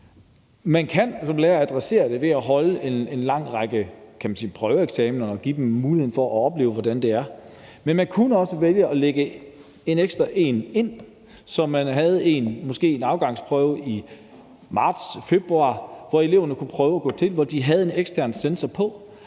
Man kan som lærer adressere det ved at holde en lang række prøveeksamener og give dem muligheden for at opleve, hvordan det er, men man kunne altså også vælge at lægge en ekstra prøve ind, så man havde måske en afgangsprøve i februar-marts, som eleverne kunne prøve at gå til, og hvor de havde en ekstern censor på.